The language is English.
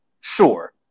sure